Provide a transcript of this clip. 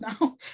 now